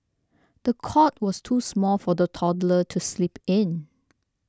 the cot was too small for the toddler to sleep in